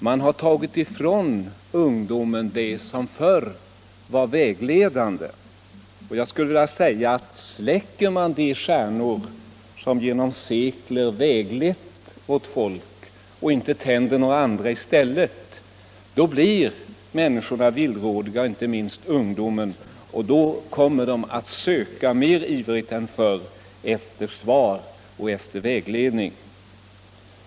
Man har tagit ifrån ungdomen det som förr var vägledande. Släcker man de stjärnor som genom sekler väglett vårt folk och inte tänder några andra i stället, då blir människorna villrådiga, inte minst ungdomen, och då kommer de att söka ivrigare än förr efter svar och vägledning.